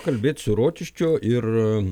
kalbėt su rokiškio ir